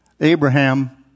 Abraham